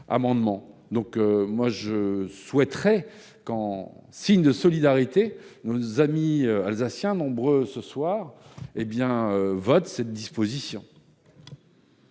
amendement. Je souhaite donc que, en signe de solidarité, nos amis alsaciens, nombreux ce soir, votent cette disposition.